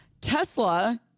Tesla